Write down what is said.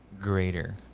greater